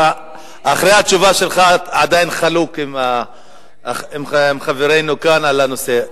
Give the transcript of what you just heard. אחרי התשובה שלך אתה עדיין חלוק עם חברינו כאן על הנושא.